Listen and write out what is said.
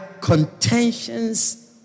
contentions